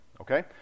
okay